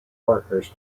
partners